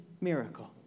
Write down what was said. miracle